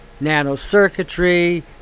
nanocircuitry